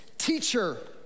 teacher